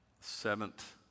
Seventh